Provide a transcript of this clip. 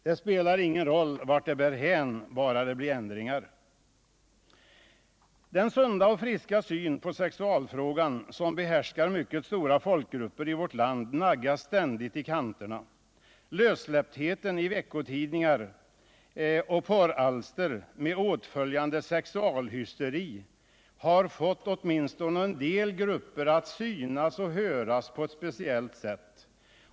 Det spelar ingen roll vart det bär hän, bara det blir ändringar. Lössläpptheten i vecko 10 mars 1978 tidningar och porralster med åtföljande sexualhysteri har fått åtminstone en del grupper att synas och höras på ett speciellt sätt.